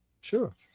sure